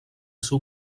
seu